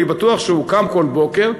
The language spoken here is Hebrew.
אני בטוח שהוא קם כל בוקר,